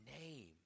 name